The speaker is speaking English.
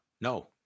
No